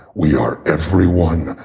we are everyone.